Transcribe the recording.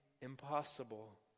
impossible